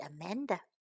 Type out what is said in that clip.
Amanda